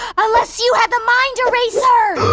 unless you had the mind eraser!